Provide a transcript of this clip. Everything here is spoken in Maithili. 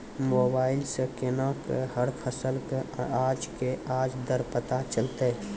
मोबाइल सऽ केना कऽ हर फसल कऽ आज के आज दर पता चलतै?